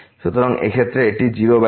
সুতরাং এই ক্ষেত্রে এটি 0 বাই 0